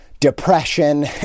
depression